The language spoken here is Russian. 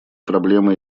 проблемы